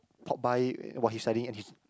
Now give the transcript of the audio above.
pop by while he's studying and he's